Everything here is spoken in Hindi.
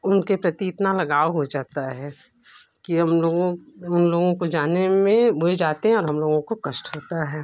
उनके प्रति इतना लगाव हो जाता है कि हम लोगों उन लोगों को जाने में वो जाते हैं और हम लोगों को कष्ट होता है